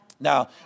Now